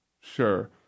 sure